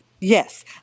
Yes